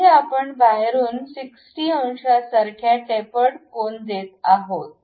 येथे आपण बाहेरून 60 अंशांसारखा टेपर्ड कोन देत आहोत